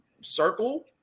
circle